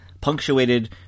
punctuated